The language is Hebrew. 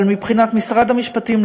אבל מבחינת משרד המשפטים,